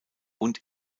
und